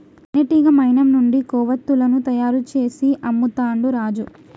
తేనెటీగ మైనం నుండి కొవ్వతులను తయారు చేసి అమ్ముతాండు రాజు